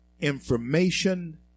information